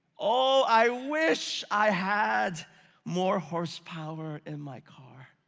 oh i wish i had more horse power in my car.